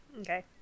okay